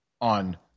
on